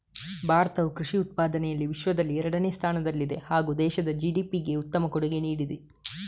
ಭಾರತವು ಕೃಷಿ ಉತ್ಪಾದನೆಯಲ್ಲಿ ವಿಶ್ವದಲ್ಲಿ ಎರಡನೇ ಸ್ಥಾನದಲ್ಲಿದೆ ಹಾಗೂ ದೇಶದ ಜಿ.ಡಿ.ಪಿಗೆ ಉತ್ತಮ ಕೊಡುಗೆ ನೀಡಿದೆ